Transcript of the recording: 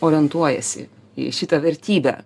orientuojasi į šitą vertybę